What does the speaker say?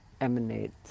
emanate